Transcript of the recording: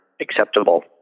acceptable